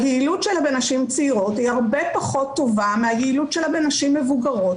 היעילות שלה בנשים צעירות הרבה פחות טובה מהיעילות שלה בנשים מבוגרות.